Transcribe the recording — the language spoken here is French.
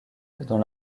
dans